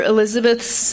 Elizabeth's